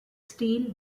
steel